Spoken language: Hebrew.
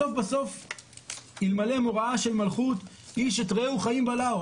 בסוף "אלמלא מוראה של מלכות איש את רעהו חיים בלעו".